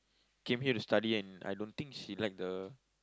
came here to study and I don't think she like the